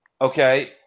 okay